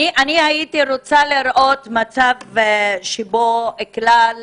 הייתי רוצה לראות מצב שבו כלל